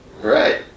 Right